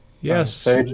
Yes